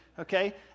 okay